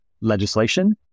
legislation